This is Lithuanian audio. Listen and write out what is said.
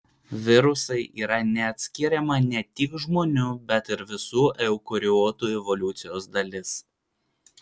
virusai yra neatskiriama ne tik žmonių bet ir visų eukariotų evoliucijos dalis